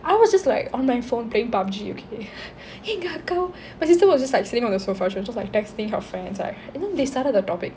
I was just like on my phone playing PUBG okay எங்க அக்கா:enga akka my sister was just like sitting on the sofa she was like texting her friends right and then they started the topic